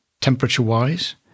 temperature-wise